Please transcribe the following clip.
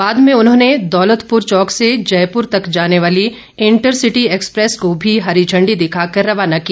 बाद में अनुराग ठाकुर ने दौलतपुर चौक से जयपुर तक जाने वाली इंटर सिटी एक्सप्रेस को भी हरी झण्डी दिखाकर रवाना किया